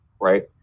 right